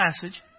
passage